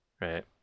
right